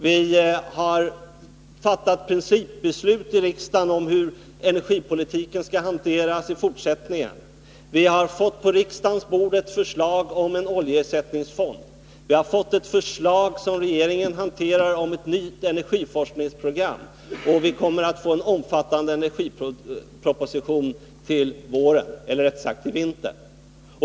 Vi har fattat principbeslut i riksdagen om hur energipolitiken skall hanteras i fortsättningen. Vi har fått på riksdagens bord ett förslag om en oljeersättningsfond. Vi har fått ett förslag, som regeringen handlägger, om ett nytt energiforskningsprogram, och vi kommer att få en omfattande energiproposition till våren — eller rättare sagt till vintern.